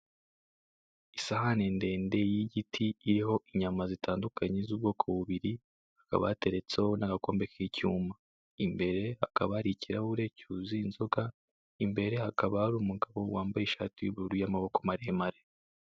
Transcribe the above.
Isahane ndende y'igiti iriho inyama zitandukanye z'ubwoko bubiri hakaba hateretseho n'igikombe k'icyuma, imbere hakaba hari ikirahure cyuzuye inzoga imbere hakaba hari umugabo wambaye ishati y'ubururu y'amaboko maremare.